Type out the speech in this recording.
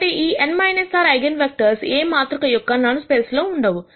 కాబట్టి ఈ n r eigenvectors A మాతృక యొక్క నల్ స్పేస్ లో ఉండవు